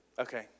Okay